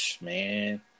man